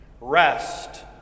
Rest